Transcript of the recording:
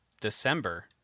December